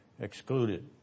excluded